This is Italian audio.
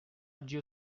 oggi